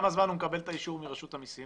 תוך כמה זמן הוא מקבל את האישור מרשות המסים?